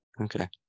Okay